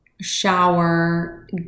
shower